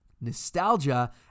Nostalgia